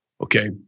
okay